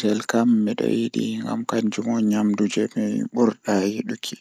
so tawii jammaaji njiɗɗi ngam njamɗude ngal kaɗi moƴƴere ɗum nder nderngu leydi